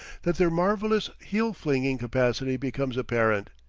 that their marvellous heel-flinging capacity becomes apparent.